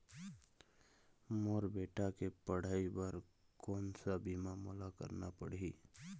मोर बेटा के पढ़ई बर कोन सा बीमा मोला करना पढ़ही?